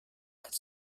could